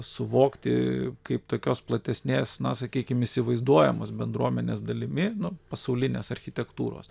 suvokti kaip tokios platesnės na sakykim įsivaizduojamos bendruomenės dalimi nu pasaulinės architektūros